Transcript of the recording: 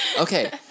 Okay